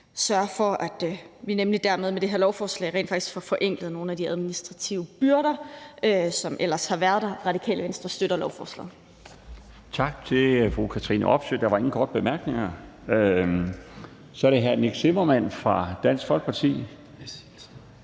sørge for, at vi med det her lovforslag nemlig rent faktisk får forenklet nogle af de administrative byrder, som ellers har været der. Radikale Venstre støtter lovforslaget.